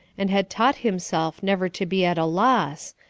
and had taught himself never to be at a loss,